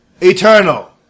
Eternal